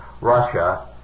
Russia